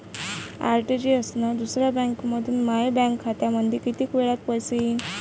RTGS न दुसऱ्या बँकेमंधून माया बँक खात्यामंधी कितीक वेळातं पैसे येतीनं?